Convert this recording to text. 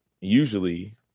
Usually